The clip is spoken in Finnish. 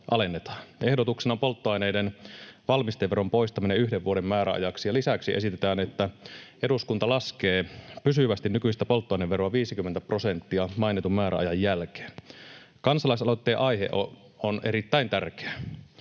Ehdotuksena on polttoaineiden valmisteveron poistaminen yhden vuoden määräajaksi, ja lisäksi esitetään, että eduskunta laskee pysyvästi nykyistä polttoaineveroa 50 prosenttia mainitun määräajan jälkeen. Kansalaisaloitteen aihe on erittäin tärkeä.